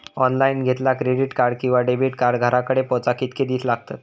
Online घेतला credit card किंवा debit card घराकडे पोचाक कितके दिस लागतत?